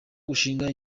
gushinga